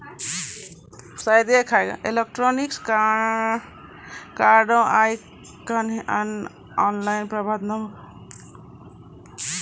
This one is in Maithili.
इलेक्ट्रॉनिक कार्डो के आइ काल्हि आनलाइन माध्यमो से कोनो ग्राहको के द्वारा देखलो जाय सकै छै